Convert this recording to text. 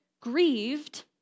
grieved